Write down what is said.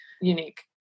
unique